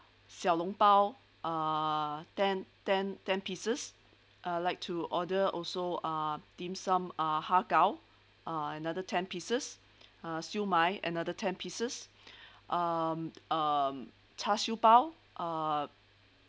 xiao long bao uh ten ten ten pieces I like to order also uh dim sum uh har kow uh another ten pieces uh siew mai another ten pieces um um char siew bao uh